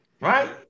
Right